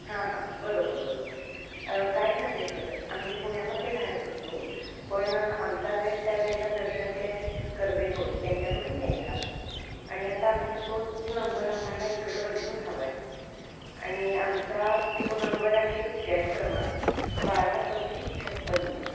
हां हां बरोबर बरोबर काय झालं आहे सर आम्ही पुण्यामध्ये राहत होतो पण आमचा गॅस त्या वळेला दर्शन गॅस कर्वे रोड यांच्याकडून यायचा आणि आता आमचा तोच नंबर आम्हाला इकडं बदलून हवा आहे आणि आमचा तो नंबर आहे गॅस क्रमांक बारा चौतीस छप्पन्न